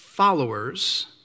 followers